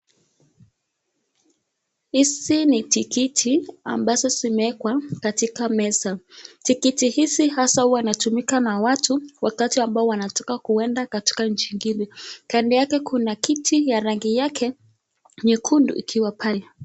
Hizi ni tikiti ambazo zimewekwa katika meza. Tikiti hizi haswa huwa inatumika na watu wakati ambao wanataka kwenda katika nchi ingine. Kando yake kuna kiti ya rangi yake nyekundu ikiwa pale.